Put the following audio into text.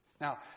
Now